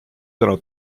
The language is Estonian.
täna